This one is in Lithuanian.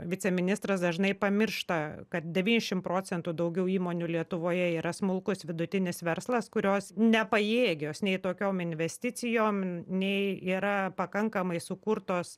viceministras dažnai pamiršta kad devynšim procentų daugiau įmonių lietuvoje yra smulkus vidutinis verslas kurios nepajėgios nei tokiom investicijom nei yra pakankamai sukurtos